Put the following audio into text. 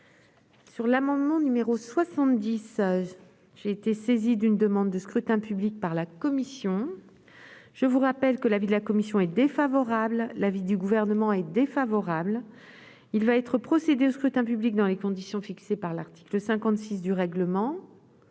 voix l'amendement n° 176. J'ai été saisie d'une demande de scrutin public émanant de la commission. Je rappelle que l'avis de la commission est défavorable et que celui du Gouvernement est favorable. Il va être procédé au scrutin dans les conditions fixées par l'article 56 du règlement.